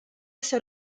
ser